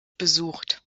besucht